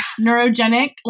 neurogenic